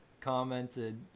commented